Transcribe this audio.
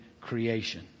creation